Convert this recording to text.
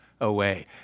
away